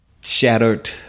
shattered